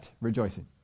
rejoicing